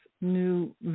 new